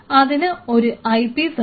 അതിന് ഒരു ഐപീസ് ഉണ്ട്